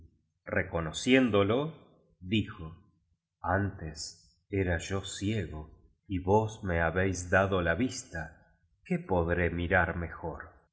reconociéndolo dijo antes era yo ciego y vos me habéis dado la vista qué podré mirar mejor